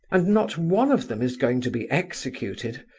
and not one of them is going to be executed,